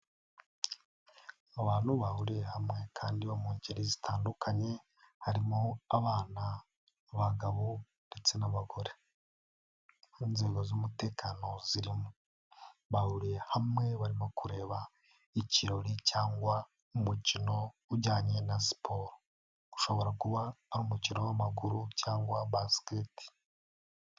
Abantu bahuriye hamwe kandi bo mu ngeri zitandukanye, harimo abana, abagabo, ndetse n'abagore, n'inzego z'umutekano ziri mo. Bahuriye hamwe, barimo kureba ikirori cyangwa umukino ujyanye na siporo, ushobora kuba ari umukino w'amaguru cyangwa basketbal.